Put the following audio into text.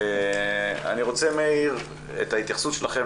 אני רוצה, מאיר, את ההתייחסות שלכם.